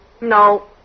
No